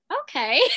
okay